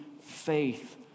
faith